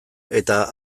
eta